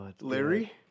Larry